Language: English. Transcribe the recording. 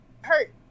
Hurt